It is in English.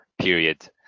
period